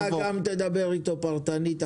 ואתה גם תדבר אתו פרטנית.